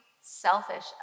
selfish